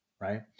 right